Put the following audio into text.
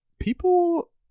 people